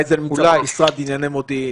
אולי זה נמצא במשרד לענייני מודיעין,